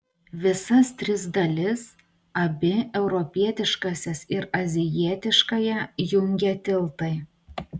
visas tris dalis abi europietiškąsias ir azijietiškąją jungia tiltai